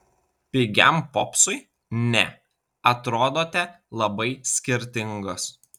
pigiam popsui ne atrodote labai skirtingos